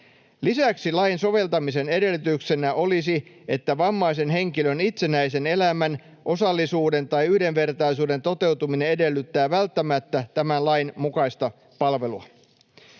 Lisäksi lain soveltamisen edellytyksenä olisi, että vammaisen henkilön itsenäisen elämän, osallisuuden tai yhdenvertaisuuden toteutuminen edellyttää välttämättä tämän lain mukaista palvelua.